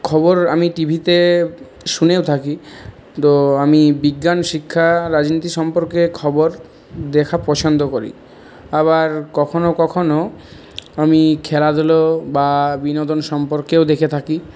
খবর আমি টিভিতে শুনেও থাকি তো আমি বিজ্ঞান শিক্ষা রাজনীতি সম্পর্কে খবর দেখা পছন্দ করি আবার কখনও কখনও আমি খেলাধুলো বা বিনোদন সম্পর্কেও দেখে থাকি